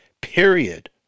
period